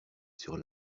sur